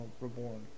Reborn